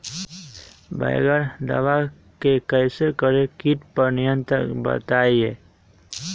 बगैर दवा के कैसे करें कीट पर नियंत्रण बताइए?